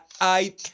I-